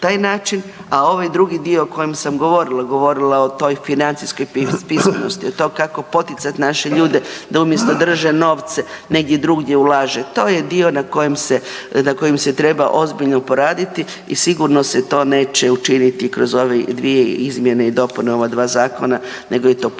a ovaj drugi dio o kojem sam govorila, govorila o toj financijskoj pismenosti, o tome kako poticati naše ljude da umjesto da drže novce negdje drugdje ulaže, to je dio na kojem se, na kojem se treba ozbiljno poraditi i sigurno se to neće učiniti kroz ove dvije izmjene i dopune ova dva zakona nego je to puno,